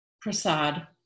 Prasad